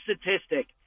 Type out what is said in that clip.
statistic